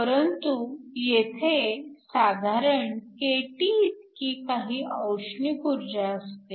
परंतु येथे साधारण kT इतकी काही औष्णिक ऊर्जा असते